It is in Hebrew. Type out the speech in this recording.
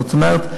זאת אומרת,